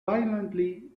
violently